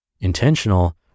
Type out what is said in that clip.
Intentional